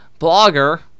blogger